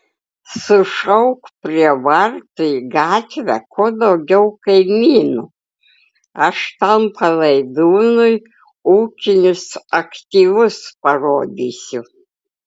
sušauk prie vartų į gatvę kuo daugiau kaimynų aš tam palaidūnui ūkinius aktyvus parodysiu